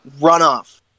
runoff